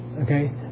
Okay